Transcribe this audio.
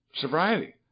sobriety